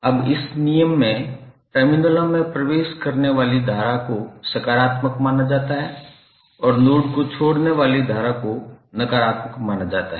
अब इस नियम में टर्मिनलों में प्रवेश करने वाले धारा को सकारात्मक माना जाता है और नोड को छोड़ने वाले धारा को नकारात्मक माना जाता है